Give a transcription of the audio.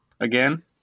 Again